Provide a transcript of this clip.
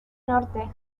norte